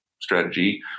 strategy